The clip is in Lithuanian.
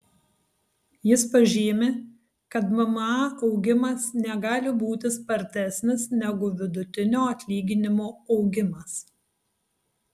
jis pažymi kad mma augimas negali būti spartesnis negu vidutinio atlyginimo augimas